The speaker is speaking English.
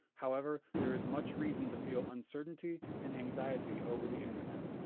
however, there is much reason to feel uncertainty and anxiety over the internet.